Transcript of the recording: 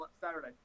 Saturday